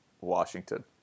Washington